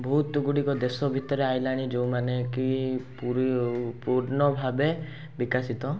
ବହୁତ ଗୁଡ଼ିକ ଦେଶ ଭିତରେ ଆସିଲାଣି ଯେଉଁମାନେକି ପୁର ପୂର୍ଣ୍ଣ ଭାବେ ବିକଶିତ